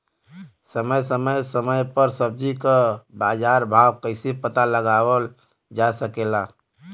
समय समय समय पर सब्जी क बाजार भाव कइसे पता लगावल जा सकेला?